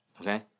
Okay